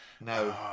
No